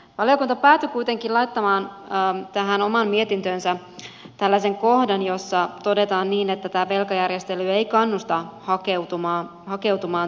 valiokunta päätyi kuitenkin laittamaan tähän omaan mietintöönsä tällaisen kohdan jossa todetaan niin että velkajärjestely ei kannusta hakeutumaan töihin